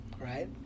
right